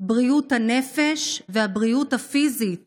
בריאות הנפש והבריאות הפיזית